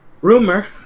Rumor